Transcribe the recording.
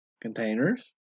containers